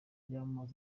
y’amano